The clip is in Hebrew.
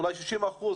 אולי 60 אחוזים,